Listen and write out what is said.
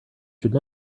should